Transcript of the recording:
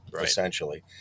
essentially